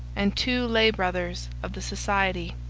and two lay brothers of the society.